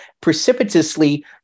precipitously